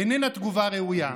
איננה תגובה ראויה.